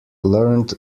learned